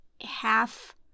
Half